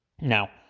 Now